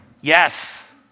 Yes